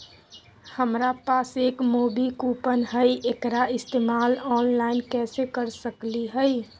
हमरा पास एक मूवी कूपन हई, एकरा इस्तेमाल ऑनलाइन कैसे कर सकली हई?